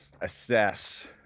assess